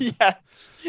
yes